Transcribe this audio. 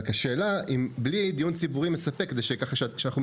רק השאלה היא האם בלי דיון ציבורי מספק אנחנו יכולים